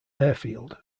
airfield